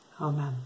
Amen